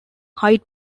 hyde